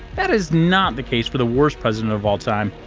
that is not the case for the worst president of all time.